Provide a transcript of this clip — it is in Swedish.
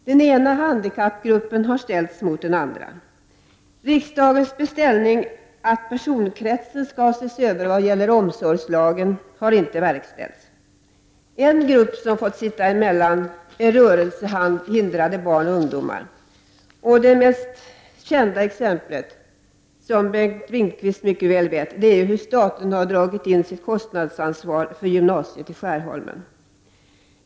Den ena handikappgruppen har ställts mot den andra. Riksdagens beställning att personkretsen skall ses över vad gäller omsorgslagen har inte verkställts. En grupp som fått sitta emellan är rörelsehindrade barn och ungdomar. Det mest kända exemplet är, som Bengt Lindqvist mycket väl vet, hur staten har dragit in sitt kostnadsansvar för gymnasiet i Skärholmen.